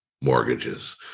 mortgages